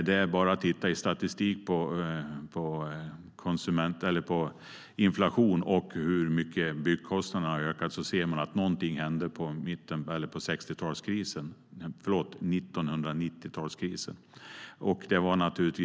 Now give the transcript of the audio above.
Det är bara att titta i statistiken på inflationen och hur mycket byggkostnaderna har ökat, så ser man att någonting hände under 1990-talskrisen.